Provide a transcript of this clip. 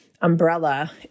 umbrella